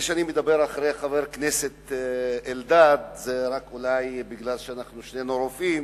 זה שאני מדבר אחרי חבר הכנסת אלדד זה רק אולי כי אנחנו שנינו רופאים,